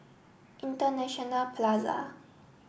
International Plaza